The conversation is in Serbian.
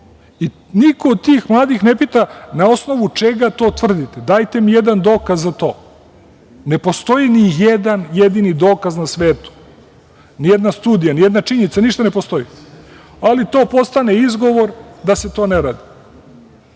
Niko od tih mladih ne pita na osnovu čega to tvrdite, dajte mi jedan dokaz za to. Ne postoji nijedan jedini dokaz na svetu, nijedna studija, nijedna činjenica, ništa ne postoji. Ali, to postane izgovor da se to ne radi. Onda